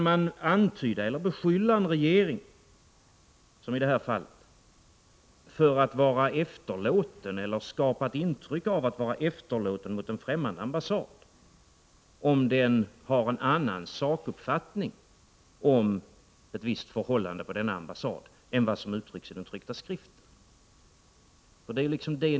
Kan man beskylla en regering för att, som i detta fall, vara efterlåten eller skapa ett intryck av att vara efterlåten mot en främmande ambassad om den har en annan sakuppfattning om ett visst förhållande på denna ambassad än vad som framförs i den tryckta skriften?